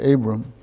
Abram